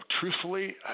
truthfully